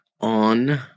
on